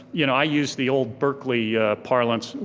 you know i use the old berkeley parlance,